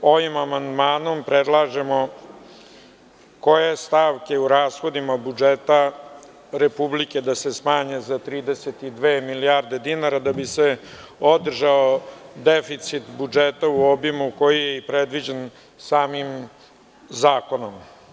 Ovim amandmanom predlažemo koje stavke u rashodima budžeta Republike da se smanje za 32 milijarde dinara da bi se održao deficit budžeta u obimu koji je i predviđen samim zakonom.